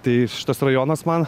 tai šitas rajonas man